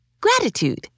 gratitude